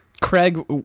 Craig